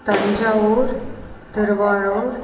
Thanjavur Thiruvarur